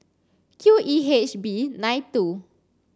Q E H B nine two